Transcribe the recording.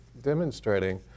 demonstrating